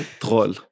Troll